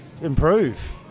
improve